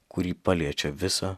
kurį paliečia visa